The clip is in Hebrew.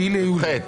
7 ביולי.